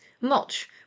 mulch